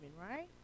right